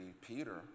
Peter